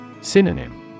Synonym